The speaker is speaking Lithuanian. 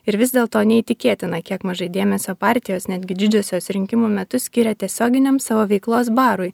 ir vis dėlto neįtikėtina kiek mažai dėmesio partijos netgi didžiosios rinkimų metu skiria tiesioginiam savo veiklos barui